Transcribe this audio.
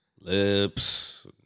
Lips